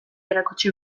erakutsi